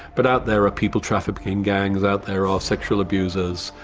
but out there are people-trafficking gangs, out there are sexual abusers,